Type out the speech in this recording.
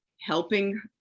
helping